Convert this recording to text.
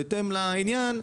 בהתאם לעניין,